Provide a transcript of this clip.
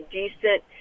decent